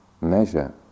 measure